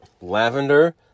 Lavender